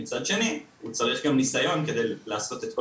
מצד שני צריך גם ניסיון כדי לעשות את כל